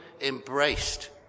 embraced